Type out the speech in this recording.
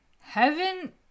heaven